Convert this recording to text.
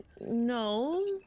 no